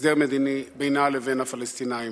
הסדר מדיני בינה לבין הפלסטינים.